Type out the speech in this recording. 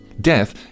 Death